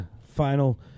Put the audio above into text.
final